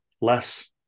less